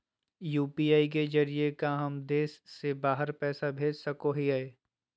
UPI के जरिए का हम देश से बाहर पैसा भेज सको हियय?